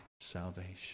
salvation